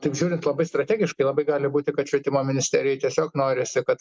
taip žiūrint labai strategiškai labai gali būti kad švietimo ministerijai tiesiog norisi kad